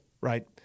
right